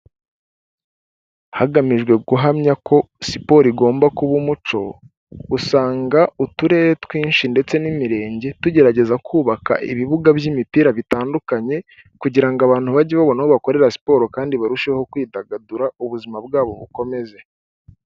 Hagamijwe guhamya ko siporo igomba kuba umuco, usanga uturere twinshi ndetse n'imirenge tugerageza kubaka ibibuga by'imipira bitandukanye kugira ngo abantu bajye babona aho bakorera siporo kandi barusheho kwidagadura, ubuzima bwabo bukomeze.